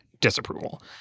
disapproval